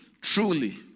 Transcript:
truly